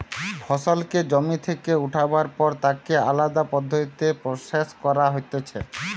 ফসলকে জমি থেকে উঠাবার পর তাকে আলদা পদ্ধতিতে প্রসেস করা হতিছে